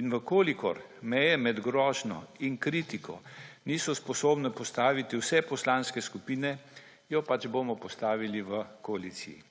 In če meje med grožnjo in kritiko niso sposobne postaviti vse poslanske skupine, jo bomo pač postavili v koaliciji.